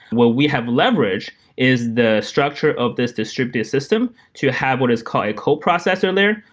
what we have leveraged is the structure of this distributed system to have what is called a co-processor layer,